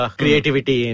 creativity